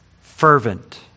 fervent